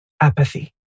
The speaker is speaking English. apathy